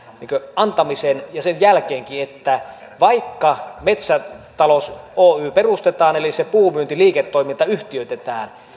antamisen yhteydessä ja sen jälkeenkin että vaikka metsätalous oy perustetaan eli se puumyyntiliiketoiminta yhtiöitetään